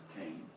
came